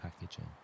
packaging